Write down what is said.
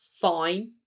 fine